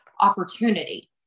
Opportunity